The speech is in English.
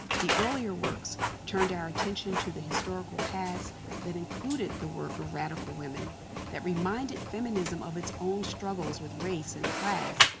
the earlier works turned our attention to the historical past that included the work of radical women that reminded feminism of its own struggles with race and class.